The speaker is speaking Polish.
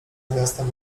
miastem